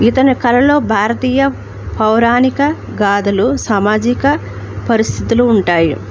ఇతని కళలో భారతీయ పౌరాణిక గాధలు సామాజిక పరిస్థితులు ఉంటాయి